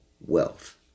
wealth